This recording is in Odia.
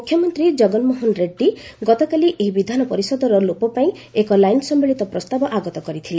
ମୁଖ୍ୟମନ୍ତ୍ରୀ କଗନ୍ମୋହନ ରେଡ୍ରୀ ଗତକାଲି ଏହି ବିଧାନ ପରିଷଦର ଲୋପ ପାଇଁ ଏକ ଲାଇନ୍ ସମ୍ଭଳିତ ପ୍ରସ୍ତାବ ଆଗତ କରିଥିଲେ